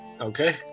Okay